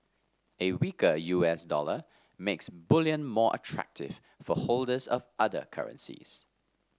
a weaker U S dollar makes bullion more attractive for holders of other currencies